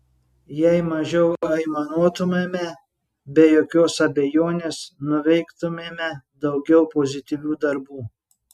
jei mažiau aimanuotumėme be jokios abejonės nuveiktumėme daugiau pozityvių darbų